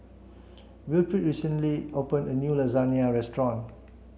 Wilfrid recently open a new Lasagne restaurant